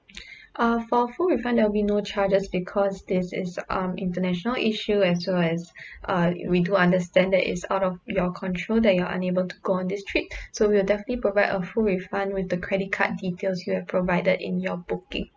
uh for a full refund there'll be no charges because this is um international issue as well as uh we do understand that it's out of your control that you're unable to go on this trip so we'll definitely provide a full refund with the credit card details you have provided in your booking